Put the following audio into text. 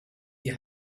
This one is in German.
die